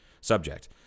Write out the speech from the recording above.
subject